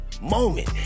moment